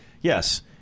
yes